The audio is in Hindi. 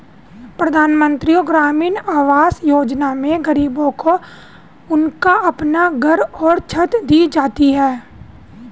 प्रधानमंत्री ग्रामीण आवास योजना में गरीबों को उनका अपना घर और छत दी जाती है